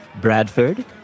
Bradford